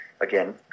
again